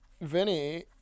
Vinny